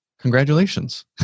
Congratulations